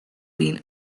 been